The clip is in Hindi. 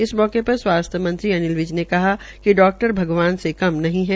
इस अवसर र स्वास्थ्य मंत्री अनिल विज ने कहा कि डॉक्टर भगवान से कम नही है